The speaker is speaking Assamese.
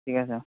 ঠিক আছে